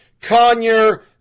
Conyer